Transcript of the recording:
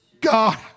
God